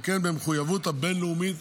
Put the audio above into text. וכן במחויבויות הבין-לאומיות